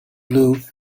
blue